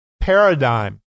paradigm